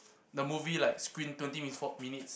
the movie like screen twenty minutes four minutes